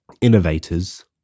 innovators